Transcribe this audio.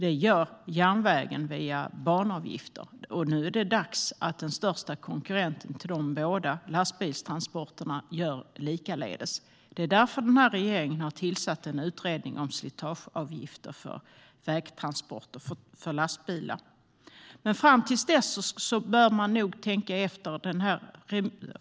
Järnvägen gör det via banavgifterna. Nu är det dags att den största konkurrenten till dem båda - lastbilstransporterna - gör likaledes. Det är därför som den här regeringen har tillsatt en utredning om slitageavgifter för lastbilar. Fram till dess bör man nog tänka efter lite.